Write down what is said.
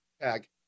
tag